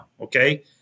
Okay